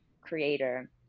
creator